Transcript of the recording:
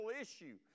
issue